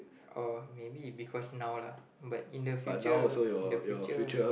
or maybe because now lah but in the future in the future